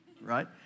right